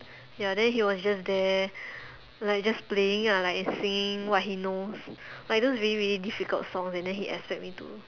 then he was just there like just playing ah like singing what he knows like those really really difficult songs and then he expect me to